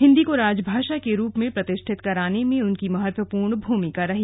हिन्दी को राजभाषा के रूप में प्रतिष्ठित कराने में उनकी महत्वपूर्ण भूमिका रही